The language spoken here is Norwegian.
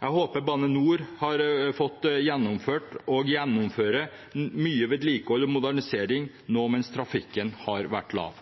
Jeg håper Bane NOR har fått gjennomført og gjennomfører mye vedlikehold og modernisering nå mens trafikken har vært lav.